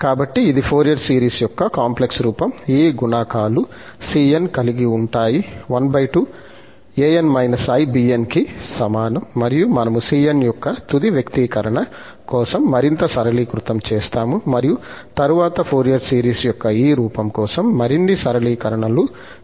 కాబట్టి ఇది Fourier series యొక్క కాంప్లెక్స్ రూపం ఈ గుణకాలు cn కలిగి ఉంటాయి ½ an−i bn కి సమానం మరియు మనము cn యొక్క తుది వ్యక్తీకరణ కోసం మరింత సరళీకృతం చేస్తాము మరియు తరువాత ఫోరియర్ సిరీస్ యొక్క ఈ రూపం కోసం మరికొన్ని సరళీకరణలు జరుగుతాయి